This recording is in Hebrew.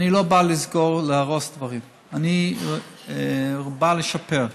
אני לא בא לסגור או להרוס דברים, אני בא לשפר,